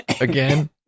again